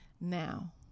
Now